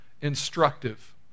instructive